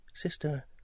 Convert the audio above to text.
Sister